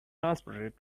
transported